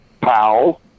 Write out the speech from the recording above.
Powell